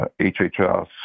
HHS